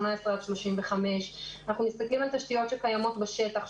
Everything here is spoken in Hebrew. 18 35. אנחנו מסתכלים על תשתיות שקיימות בשטח,